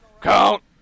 count